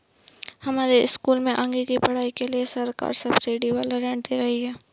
हमारे स्कूल में आगे की पढ़ाई के लिए सरकार सब्सिडी वाला ऋण दे रही है